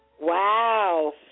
Wow